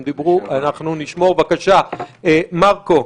בבקשה, מרקו,